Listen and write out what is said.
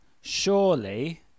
surely